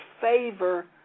favor